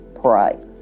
pray